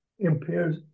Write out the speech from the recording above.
impairs